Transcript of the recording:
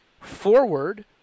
forward